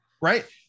Right